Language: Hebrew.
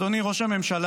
אדוני ראש הממשלה,